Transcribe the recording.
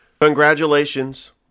congratulations